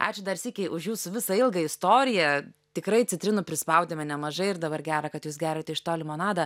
ačiū dar sykį už jus visą ilgą istoriją tikrai citrinų prispaudėme nemažai ir dabar gera kad jūs geriate iš to limonadą